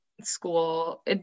school